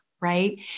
Right